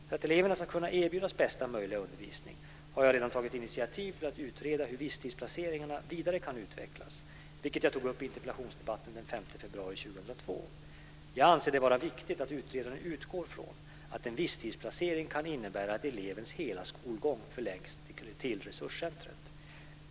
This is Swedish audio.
För att eleverna ska kunna erbjudas bästa möjliga undervisning har jag redan tagit initiativ till att utreda hur visstidsplaceringarna vidare kan utvecklas, vilket jag tog upp i interpellationsdebatten den 5 februari 2002. Jag anser det vara viktigt att utredaren utgår från att en visstidsplacering kan innebära att elevens hela skolgång förläggs till resurscentret.